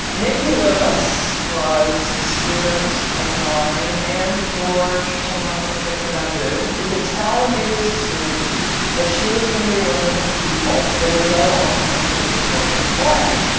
and nikki lewis was a student of mine and george timock and victor babu. you could tell when nikki was a student that she was going to be one of the people that would go on and continue to work with clay.